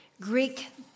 Greek